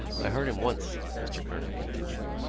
i heard him once, mr. kernan continued.